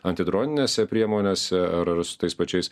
antidroninėse priemonėse ar ar su tais pačiais